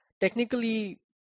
technically